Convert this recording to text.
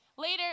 Later